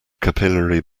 capillary